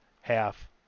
half